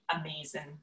amazing